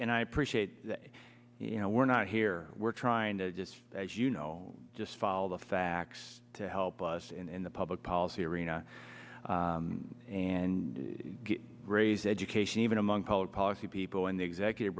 and i appreciate that you know we're not here we're trying to just as you know just follow the facts to help us in the public policy arena and raise education even among called policy people in the executive